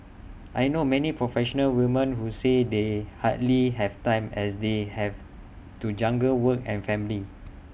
I know many professional woman who say they hardly have time as they have to juggle work and family